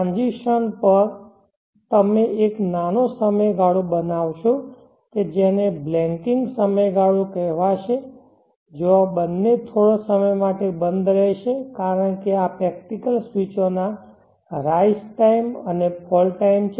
transition પર તમે એક નાનો સમય ગાળો બનાવશો કે જેને બ્લેન્કિંગ સમયગાળો કહેવાશે જ્યાં બંને થોડો સમય માટે બંધ રહેશે કારણ કે આ પ્રેક્ટિકલ સ્વીચોના રાઇઝ ટાઈમ અને ફોલ ટાઈમ છે